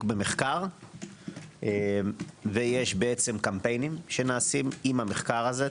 במחקר ויש קמפיינים שנעשים עם המחקר הזה.